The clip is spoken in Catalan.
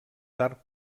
tard